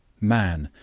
man,